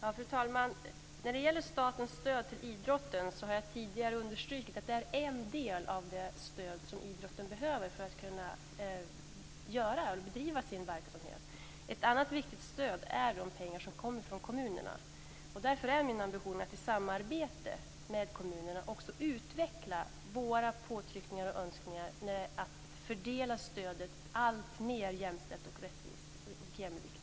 Fru talman! När det gäller statens stöd till idrotten har jag tidigare understrukit att det är en del av det stöd som idrotten behöver för att kunna bedriva sin verksamhet. Ett annat viktigt stöd är de pengar som kommer från kommunerna. Det är därför min ambition att i samarbete med kommunerna utveckla våra påtryckningar och önskningar med att fördela stödet alltmer jämställt, jämlikt och rättvist.